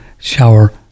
Shower